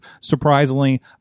surprisingly